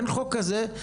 אין חוק כזה,